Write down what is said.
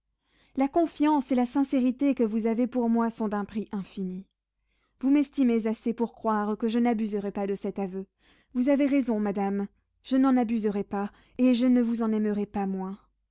la confiance et la sincérité que vous avez pour moi sont d'un prix infini vous m'estimez assez pour croire que je n'abuserai pas de cet aveu vous avez raison madame je n'en abuserai pas et je ne vous en aimerai pas moins